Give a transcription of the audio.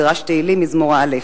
מדרש תהילים מזמור א'.